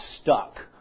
stuck